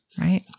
right